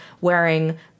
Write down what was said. wearing